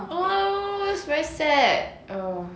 oh that's very sad oh